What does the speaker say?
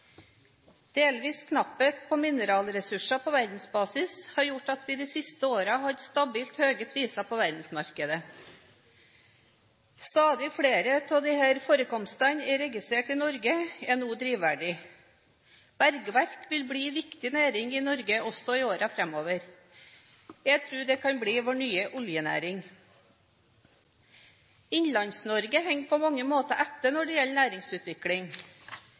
Delvis knapphet på mineralressurser på verdensbasis har gjort at vi de siste årene har hatt stabilt høye priser på verdensmarkedet. Stadig flere av disse forekomstene registrert i Norge er nå drivverdige. Bergverk vil bli en viktig næring i Norge også i årene framover. Jeg tror dette kan bli vår nye oljenæring. Innlands-Norge henger på mange måter etter når det gjelder næringsutvikling.